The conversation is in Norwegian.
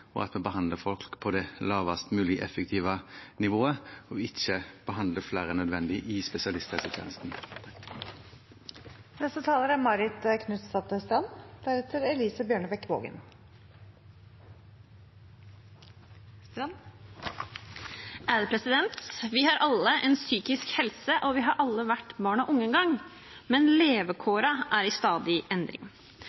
at vi behandler folk på det lavest mulige og mest effektive nivået, og at vi ikke behandler flere enn nødvendig i spesialisthelsetjenesten. Vi har alle en psykisk helse, og vi har alle vært barn og unge en gang, men